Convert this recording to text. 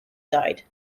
died